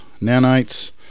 nanites